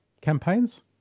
campaigns